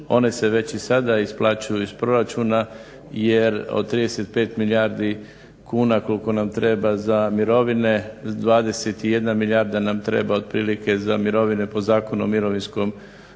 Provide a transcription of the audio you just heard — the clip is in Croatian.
one se već i sada isplaćuju iz proračuna jer od 35 milijardi kuna koliko nam treba za mirovine 21 milijarda nam treba za mirovine po Zakonu o mirovinskom osiguranju.